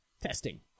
Testing